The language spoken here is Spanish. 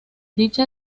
dicha